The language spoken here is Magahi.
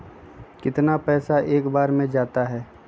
कितना पैसा एक बार में जाता है?